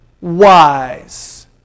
wise